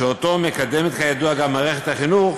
שאותו מקדמת, כידוע, גם מערכת החינוך,